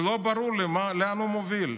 ולא ברור לי לאן הוא מוביל.